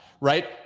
right